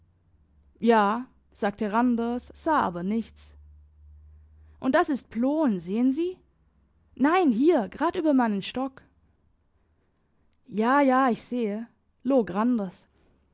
ja sagte randers sah aber nichts und das ist ploen sehen sie nein hier grad über meinen stock ja ja ich sehe log randers